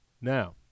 now